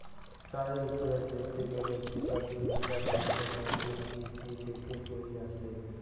চায়ের ইতিহাস দেখত গেলে সেটা দুই হাজার সাতশ সাঁইত্রিশ বি.সি থেকে চলি আসছে